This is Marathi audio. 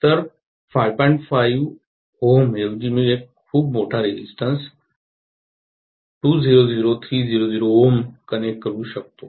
5 Ω ऐवजी मी खूप मोठा रेजिस्टन्स 200 300 Ω कनेक्ट करू शकतो